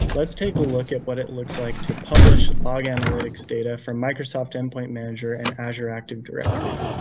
let's take a look at what it looks like to publish log analytics data from microsoft endpoint manager and azure active directory.